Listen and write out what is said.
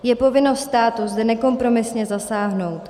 Je povinností státu zde nekompromisně zasáhnout.